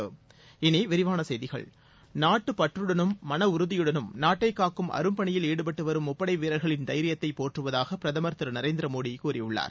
இனி விரிவான செய்திகள் நாட்டுப் பற்றுடனும் மன உறுதியுடனும் நாட்டைக் காக்கும் அரும் பணியில் ஈடுபட்டு வரும் முப்படை வீரர்களின் தைரியத்தை போற்றுவதாக பிரதமர் திரு நரேந்திர மோடி கூறியுள்ளார்